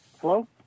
Hello